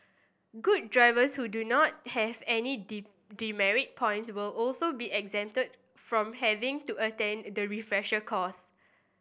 good drivers who do not have any demerit points will also be exempted from having to attend the refresher course